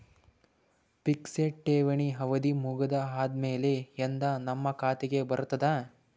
Fixed ಠೇವಣಿ ಅವಧಿ ಮುಗದ ಆದಮೇಲೆ ಎಂದ ನಮ್ಮ ಖಾತೆಗೆ ಬರತದ?